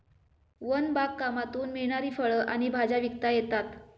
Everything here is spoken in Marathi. वन बागकामातून मिळणारी फळं आणि भाज्या विकता येतात